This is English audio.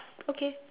okay